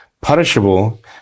Punishable